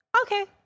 Okay